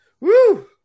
Woo